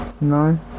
No